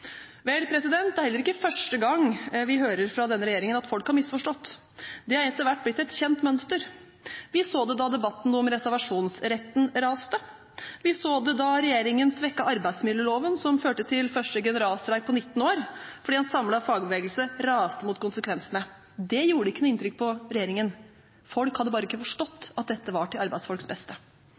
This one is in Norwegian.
Vel, det er heller ikke første gang vi hører fra denne regjeringen at folk har misforstått. Det er etter hvert blitt et kjent mønster. Vi så det da debatten om reservasjonsretten raste. Vi så det da regjeringen svekket arbeidsmiljøloven, noe som førte til den første generalstreiken på 19 år, fordi en samlet fagbevegelse raste mot konsekvensene. Det gjorde ikke noe inntrykk på regjeringen – folk hadde bare ikke forstått at dette var til arbeidsfolks beste.